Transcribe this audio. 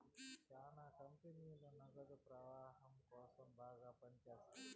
శ్యానా కంపెనీలు నగదు ప్రవాహం కోసం బాగా పని చేత్తాయి